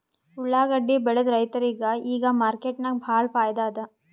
ಉಳ್ಳಾಗಡ್ಡಿ ಬೆಳದ ರೈತರಿಗ ಈಗ ಮಾರ್ಕೆಟ್ನಾಗ್ ಭಾಳ್ ಫೈದಾ ಅದಾ